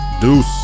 Deuce